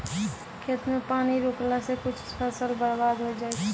खेत मे पानी रुकला से कुछ फसल बर्बाद होय जाय छै